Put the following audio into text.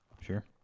Sure